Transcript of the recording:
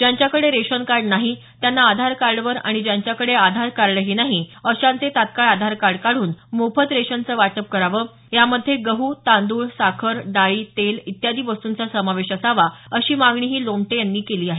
ज्यांच्याकडे ration card नाही त्यांना आधार कार्डावर आणि ज्यांच्याकडे आधार कार्डही नाही अशांचे तात्काळ आधार कार्ड काढून मोफत रेशनचे वाटप करावे यामध्ये मध्ये गहू तांदूळ साखर डाळी तेल इत्यादी वस्तूंचा समावेश असावा अशी मागणीही त्यांनी लोमटे यांनी केली आहे